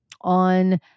on